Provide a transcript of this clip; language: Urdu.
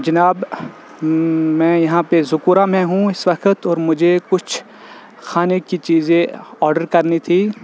جناب میں یہاں پہ ذکورہ میں ہوں اس وقت اور مجھے کچھ کھانے کی چیزیں آڈر کرنی تھی